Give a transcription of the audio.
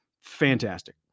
Fantastic